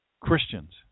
Christians